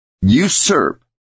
usurp